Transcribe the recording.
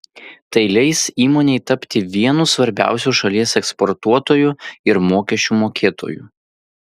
tai leis įmonei tapti vienu svarbiausių šalies eksportuotoju ir mokesčių mokėtoju